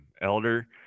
Elder